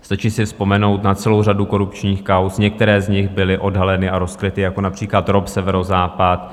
Stačí si vzpomenout na celou řadu korupčních kauz, které byly odhaleny a rozkryty, jako například ROP Severozápad.